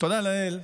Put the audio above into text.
תודה לאל,